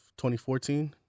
2014